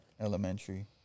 Elementary